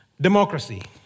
democracy